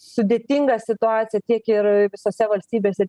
sudėtinga situacija tiek ir visose valstybėse